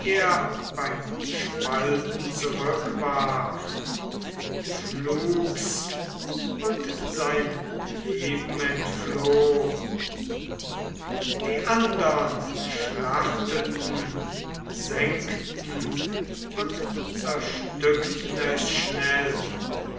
beim spalten zurückwarf schlug's und sein leben entfloh die andern schlachteten sengten und zerstückten es schnell